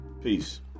peace